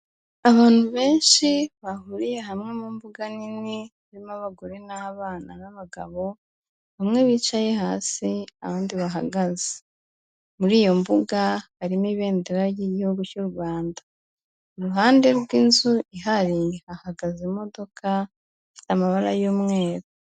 Abantu benshi bahuriye hamwe mu mbuga nini. Harimo abagore n'abana n'abagabo. Bamwe bicaye hasi abandi bahagaze. Muri iyo mbuga harimo ibendera ry'igihugu cy'u Rwanda. Iruhande rw'inzu hahagaze imodoka y'amabara y'umweru.